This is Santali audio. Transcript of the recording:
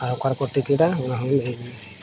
ᱟᱨ ᱚᱠᱟ ᱨᱮᱠᱚ ᱼᱟ ᱱᱚᱣᱟ ᱦᱚᱸ ᱞᱟᱹᱭᱟᱹᱧ ᱢᱮ